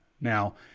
Now